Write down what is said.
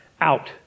out